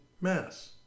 Mass